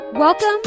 Welcome